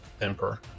Emperor